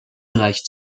bereich